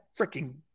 freaking